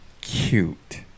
cute